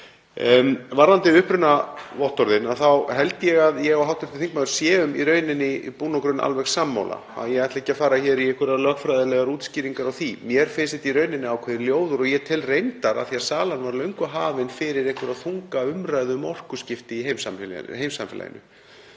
Varðandi upprunavottorðin þá held ég að ég og hv. þingmaður séum í rauninni „i bund og grund“ alveg sammála, ég ætla ekki að fara í einhverjar lögfræðilegar útskýringar á því. Mér finnst það vera í rauninni ákveðinn ljóður á málinu og ég tel reyndar, af því að salan var löngu hafin fyrir einhverja þunga umræðu um orkuskipti í heimssamfélaginu